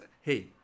hey